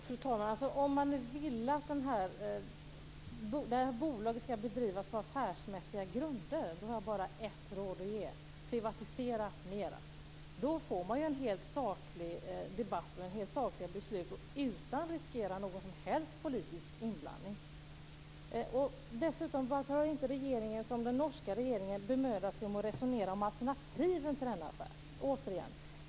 Fru talman! Om man nu vill att det här bolaget skall bedrivas på affärsmässiga grunder, har jag bara ett råd att ge: Privatisera mera. Då får man ju en helt saklig debatt med helt sakliga beslut utan att riskera någon som helst politisk inblandning. Dessutom - varför har inte regeringen som den norska regeringen bemödat sig om att resonera om alternativen till denna affär?